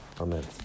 Amen